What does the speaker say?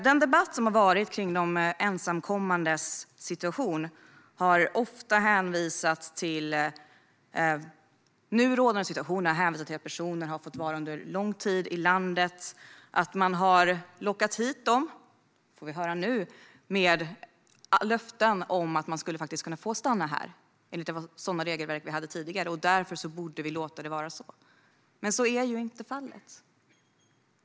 Den debatt som har varit kring de ensamkommandes situation har ofta hänvisat till nu rådande situation, att personer har fått vara i landet under lång tid och har lockats hit, får vi höra nu, med löften om att man skulle få stanna här, enligt de regelverk vi hade tidigare, och att vi därför borde låta dem få stanna. Men så är inte fallet.